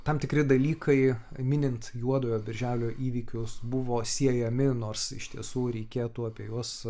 tam tikri dalykai minint juodojo birželio įvykius buvo siejami nors iš tiesų reikėtų apie juos